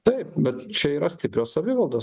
taip bet čia yra stiprios savivaldos